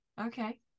okay